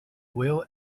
real